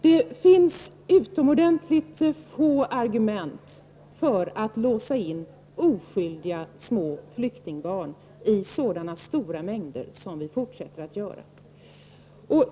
Det finns utomordentligt få argument för att låsa in oskyldiga små flyktingbarn i den stora utsträckning som vi fortfarande gör.